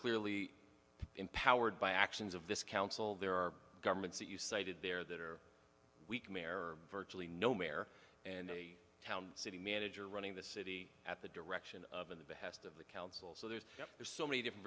clearly empowered by actions of this council there are governments that you cited there that are virtually no mare and a town city manager running the city at the direction of in the behest of the council so there's there's so many different